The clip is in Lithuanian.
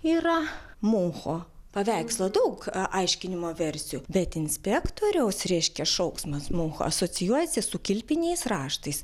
yra muncho paveikslo daug aiškinimo versijų bet inspektoriaus reiškia šauksmas muncho asocijuojasi su kilpiniais raštais